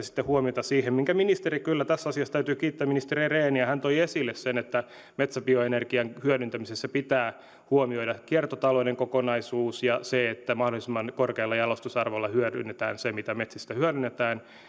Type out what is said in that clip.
sitten huomiota siihen minkä ministeri kyllä tässä asiassa täytyy kiittää ministeri rehniä toi esille että metsäbioenergian hyödyntämisessä pitää huomioida kiertotalouden kokonaisuus ja se että mahdollisimman korkealla jalostusarvolla hyödynnetään se mitä metsistä hyödynnetään